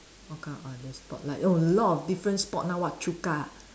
what kind of other sport like oh a lot of different sport now what Chukka